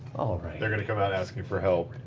they're going to come out asking for help,